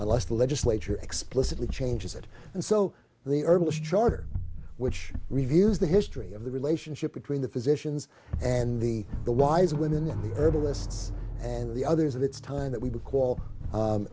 unless the legislature explicitly changes it and so the herbalist charter which reviews the history of the relationship between the physicians and the the wise women and the herbalists and the others it's time that we would call